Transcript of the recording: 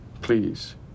please